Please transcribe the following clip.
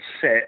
set